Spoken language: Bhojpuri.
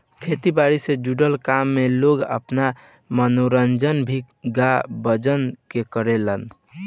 खेती बारी से जुड़ल काम में लोग आपन मनोरंजन भी गा बजा के करेलेन